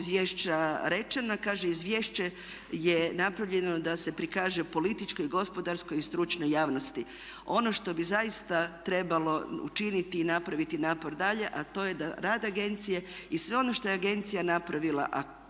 izvješća rečeno, kaže izvješće je napravljeno da se prikaže političkoj, i gospodarskoj i stručnoj javnosti ono što bi zaista trebalo učiniti i napraviti napor dalje a to je da rad agencije i sve ono što je agencija napravila a mi to